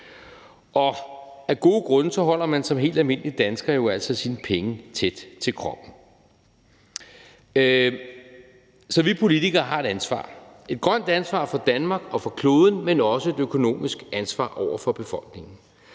Af gode grunde holder man som helt almindelig dansker jo altså sine penge tæt til kroppen. Så vi politikere har et ansvar – et grønt ansvar for Danmark og for kloden, men også et økonomisk ansvar over for befolkningen.